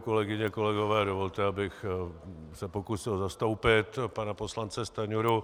Kolegyně, kolegové, dovolte, abych se pokusil zastoupit pana poslance Stanjuru.